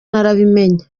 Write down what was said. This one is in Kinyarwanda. narabimenye